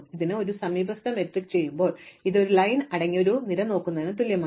അതിനാൽ ഒരു സമീപസ്ഥ മാട്രിക്സ് ചെയ്യുമ്പോൾ ഇത് വരി അടങ്ങിയ ഒരു നിര നോക്കുന്നതിന് തുല്യമാണ്